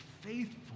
faithful